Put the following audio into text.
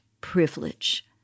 privilege